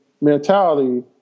mentality